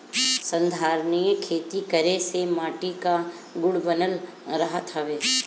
संधारनीय खेती करे से माटी कअ गुण बनल रहत हवे